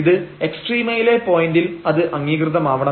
ഇത് എക്സ്ട്രീമയിലെ പോയന്റിൽ അത് അംഗീകൃതമാവണം